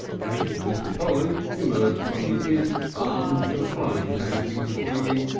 and mr. polly emerged from the inn armed with the frying-pan he was cleaning,